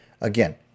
again